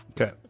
okay